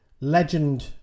legend